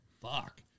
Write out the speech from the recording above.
Fuck